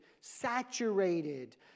saturated